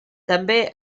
també